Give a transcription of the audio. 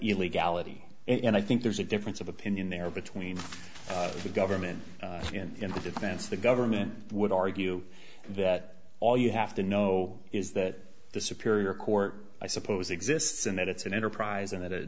illegality and i think there's a difference of opinion there between the government and the defense the government would argue that all you have to know is that the superior court i suppose exists and that it's an enterprise and that it